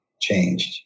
changed